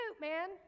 man